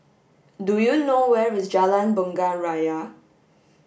do you know where is Jalan Bunga Raya